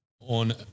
on